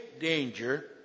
danger